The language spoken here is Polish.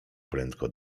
prędko